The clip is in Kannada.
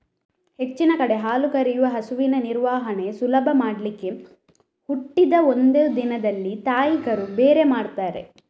ಹೆಚ್ಚಿನ ಕಡೆ ಹಾಲು ಕರೆಯುವ ಹಸುವಿನ ನಿರ್ವಹಣೆ ಸುಲಭ ಮಾಡ್ಲಿಕ್ಕೆ ಹುಟ್ಟಿದ ಒಂದು ದಿನದಲ್ಲಿ ತಾಯಿ ಕರು ಬೇರೆ ಮಾಡ್ತಾರೆ